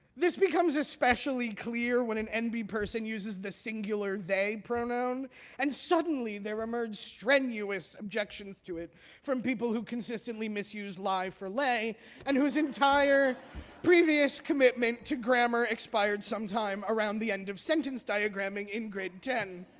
this becomes especially clear when an nb person uses the singular they pronoun and suddenly, there emerge strenuous objections to it from people who consistently misuse lie for lay and whose entire previous commitment to grammar expired sometime around the end of sentence diagramming in grade ten.